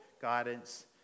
guidance